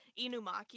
inumaki